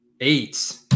eight